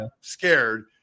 scared